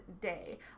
day